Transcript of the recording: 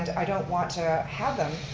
i don't want to have them,